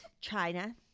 China